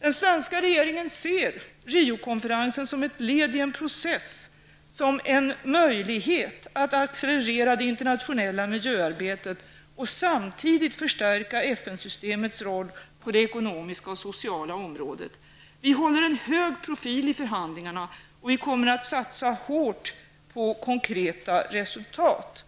Den svenska regeringen ser Riokonferensen som ett led i en process och som en möjlighet att accelerera det internationella miljöarbetet och samtidigt förstärka FN-systemets roll på det ekonomiska och sociala området. Vi håller en hög profil i förhandlingarna. Vi kommer att satsa hårt på att uppnå konkreta resultat.